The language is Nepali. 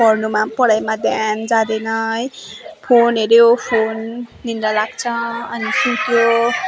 पढ्नुमा पढाइमा ध्यान जाँदैन है फोन हेर्यो फोन निन्द्रा लाग्छ अनि सुत्यो